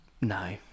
No